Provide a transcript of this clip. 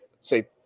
say